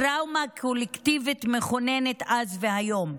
טראומה קולקטיבית מכוננת אז והיום,